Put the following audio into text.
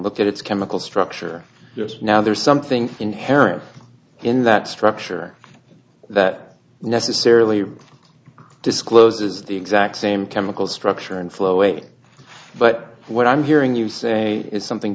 look at its chemical structure now there's something inherent in that structure that necessarily discloses the exact same chemical structure and flow away but what i'm hearing you say is something